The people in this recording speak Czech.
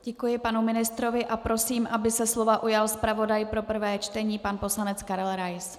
Děkuji panu ministrovi a prosím, aby se slova ujal zpravodaj pro prvé čtení pan poslanec Karel Rais.